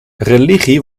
religie